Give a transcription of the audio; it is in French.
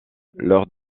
lors